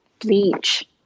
bleach